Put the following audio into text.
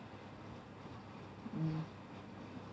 mm